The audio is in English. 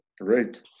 Right